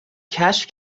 کشف